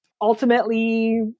ultimately